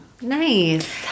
nice